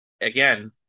again